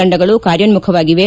ತಂಡಗಳು ಕಾರ್ಯೋನ್ನುಖವಾಗಿವೆ